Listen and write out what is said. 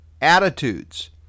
attitudes